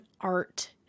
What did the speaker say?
art